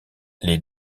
les